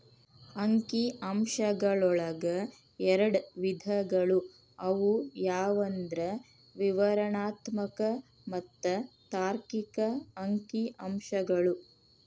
ಅಂಕಿ ಅಂಶಗಳೊಳಗ ಎರಡ್ ವಿಧಗಳು ಅವು ಯಾವಂದ್ರ ವಿವರಣಾತ್ಮಕ ಮತ್ತ ತಾರ್ಕಿಕ ಅಂಕಿಅಂಶಗಳು